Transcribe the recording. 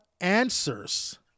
answers